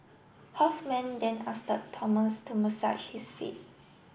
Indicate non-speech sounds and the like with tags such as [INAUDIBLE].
Hoffman then [UNINTELLIGIBLE] Thomas to massage his feet